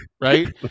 Right